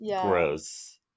gross